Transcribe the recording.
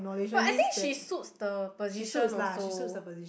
but I think she suits the position also